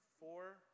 four